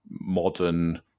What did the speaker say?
modern